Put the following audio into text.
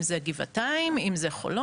אם זה גבעתיים, אם זה חולון.